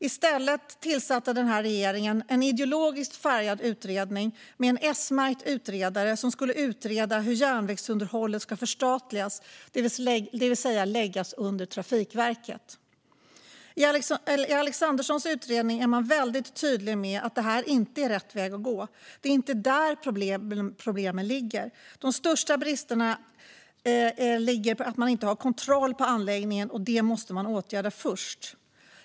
I stället tillsatte den här regeringen en ideologiskt färgad utredning med en S-märkt utredare som skulle utreda hur järnvägsunderhållet ska förstatligas, det vill säga läggas under Trafikverket. I Alexanderssons utredning är man väldigt tydlig med att detta inte är rätt väg att gå - det är inte där problemen ligger. De största bristerna ligger i att man inte har kontroll på anläggningen, och detta måste åtgärdas först.